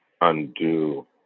undo